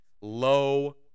Low